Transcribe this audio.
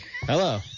hello